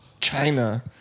China